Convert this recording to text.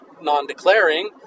non-declaring